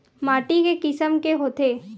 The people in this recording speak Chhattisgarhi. माटी के किसम के होथे?